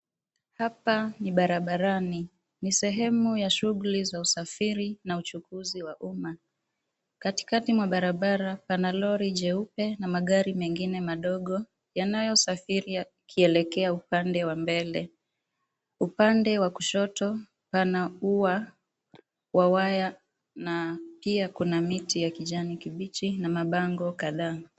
Hapa ni barabarani ni sehemu ya shughuli za usafiri na uchukuzi wa umma. Katikati mwa barabara pana lori jeupe na magari mengine madogo yanayosafiri yakielekea upande wa mbele. Upande wa kushoto pana ua wa waya na pia kuna miti ya kijani kibichi na mabango kadhaa.